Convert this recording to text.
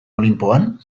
olinpoan